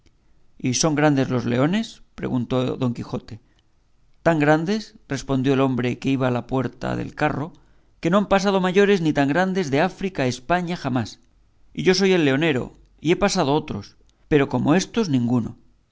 y son grandes los leones preguntó don quijote tan grandes respondió el hombre que iba a la puerta del carro que no han pasado mayores ni tan grandes de africa a españa jamás y yo soy el leonero y he pasado otros pero como éstos ninguno